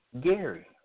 Gary